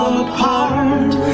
apart